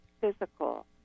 physical